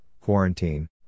quarantine